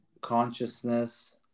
consciousness